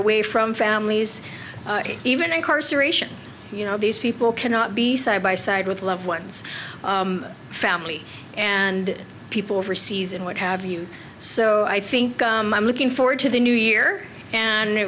away from families even incarceration you know these people cannot be side by side with loved ones family and people overseas and what have you so i think i'm looking forward to the new year and